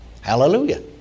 Hallelujah